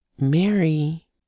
Mary